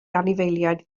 anifeiliaid